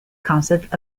concept